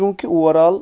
چوٗنٛکہِ over all